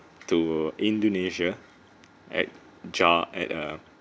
to indonesia at jar~ at uh